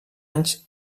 anys